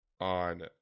on